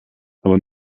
aber